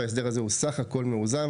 וההסדר הזה הוא סך הכול מאוזן.